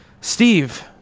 Steve